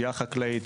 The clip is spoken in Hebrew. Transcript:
פשיעה חקלאית,